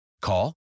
Call